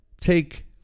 Take